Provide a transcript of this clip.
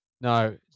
No